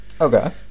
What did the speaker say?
Okay